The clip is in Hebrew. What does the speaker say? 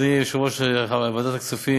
אדוני יושב-ראש ועדת הכספים,